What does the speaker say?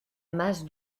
masse